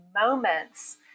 moments